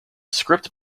script